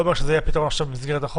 אני לא אומר שזה יהיה במסגרת החוק,